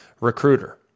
recruiter